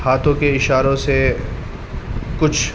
ہاتھوں کے اشاروں سے کچھ